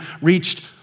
reached